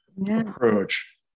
approach